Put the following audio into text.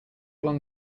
along